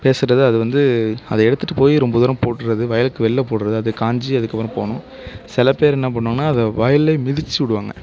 பேசுறது அதை வந்து அதை எடுத்துகிட்டு போய் ரொம்ப தூரம் போடுவது வயலுக்கு வெளியில் போடுகிறது அது காஞ்சு அதுக்கப்புறம் போணும் சில பேர் என்னா பண்ணுவாங்கன்னால் அதை வயல்லியே மிதித்து விடுவாங்க